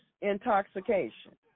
intoxication